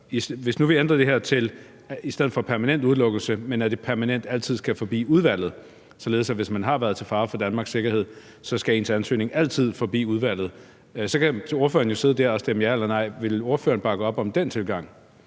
det i stedet for permanent udelukkelse hedder, at det altid skal forbi udvalget, således at ens ansøgning, hvis man har været til fare for Danmarks sikkerhed, altid skal forbi udvalget, så kan ordføreren jo sidde der og stemme ja eller nej. Vil ordføreren bakke op om den tilgang?